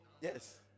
Yes